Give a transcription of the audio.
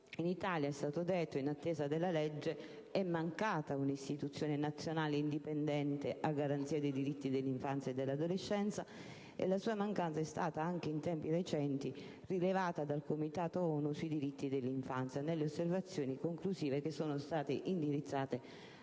In Italia, è stato detto, in attesa della legge, è mancata un'istituzione nazionale indipendente a garanzia dei diritti dell'infanzia e dell'adolescenza e la sua mancanza è stata, anche in tempi recenti, rilevata dal Comitato ONU sui diritti dell'infanzia e dell'adolescenza nelle osservazioni conclusive indirizzate